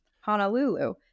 Honolulu